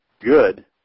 good